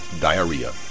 diarrhea